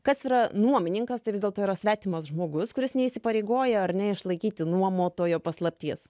kas yra nuomininkas tai vis dėlto yra svetimas žmogus kuris neįsipareigoja ar ne išlaikyti nuomotojo paslapties